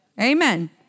Amen